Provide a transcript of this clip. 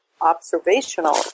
observational